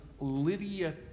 Lydia